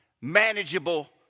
manageable